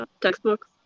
textbooks